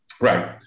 Right